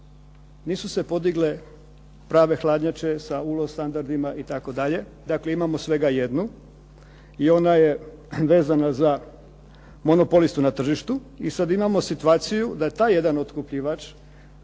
nisu se podigle prave hladnjače sa .../Govornik se ne razumije./... standardima itd. Dakle, imamo svega jednu i ona je vezana uz monopolistu na tržištu. I sad imamo situaciju da taj jedan otkupljivač